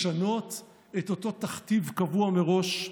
לשנות את אותו תכתיב קבוע מראש?